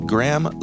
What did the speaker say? Graham